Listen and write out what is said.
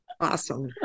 awesome